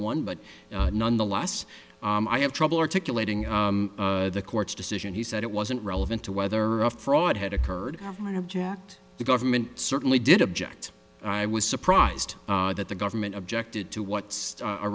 one but nonetheless i have trouble articulating the court's decision he said it wasn't relevant to whether a fraud had occurred or when object the government certainly did object i was surprised that the government objected to what's a